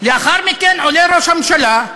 לאחר מכן עולה ראש הממשלה,